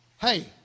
Hey